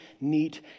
neat